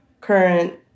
current